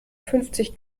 fünfzig